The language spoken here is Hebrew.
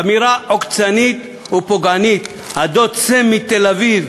אמירה עוקצנית ופוגענית: "הדוד סם" מתל-אביב